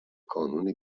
کانون